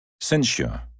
Censure